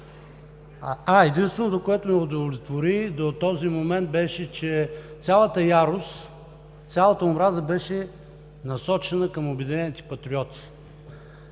единственото, което ме удовлетвори до този момент беше, че цялата ярост, цялата омраза беше насочена към „Обединените патриоти“.